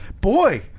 Boy